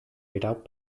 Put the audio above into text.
without